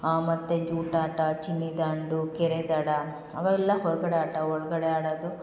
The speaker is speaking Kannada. ಹಾಂ ಮತ್ತು ಜೂಟಾಟ ಚಿನ್ನಿದಾಂಡು ಕೆರೆ ದಡ ಅವೆಲ್ಲ ಹೊರಗಡೆ ಆಟ ಒಳಗಡೆ ಆಡದು